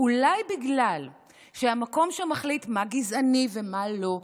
אולי בגלל שהמקום שמחליט מה גזעני ומה לא,